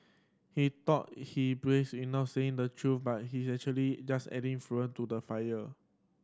he thought he braves in not saying the truth but he actually just adding fuel to the fire